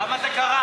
אבל למה זה קרה?